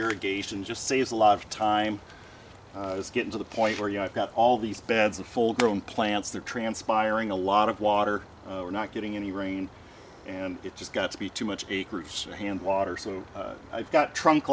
irrigation just saves a lot of time it's getting to the point where you know i've got all these beds and full grown plants there transpiring a lot of water we're not getting any rain and it just got to be too much acres hand water so i've got trunk